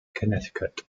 connecticut